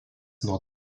nuo